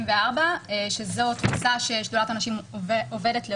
זו התפיסה ששדולת הנשים עובדת לאורה.